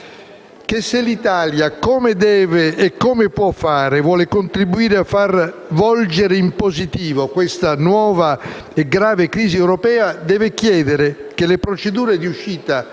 se l'Italia, come deve e può fare, vuole contribuire a far volgere in positivo questa nuova e grave crisi europea, deve chiedere che le procedure di uscita